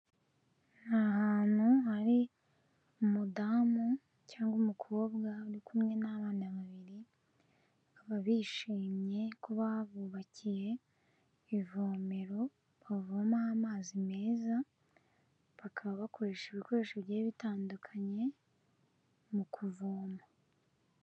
Ni ahantu hari umudamu cyangwa umukobwa uri kumwe n'abana babiri, bakaba bishimye ko babubakiye ivomero bavomaho amazi meza, bakaba bakoresha ibikoresho bigiye bitandukanye mu kuvoma.